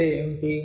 అంటే ఏంటి